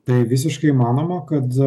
tai visiškai įmanoma kad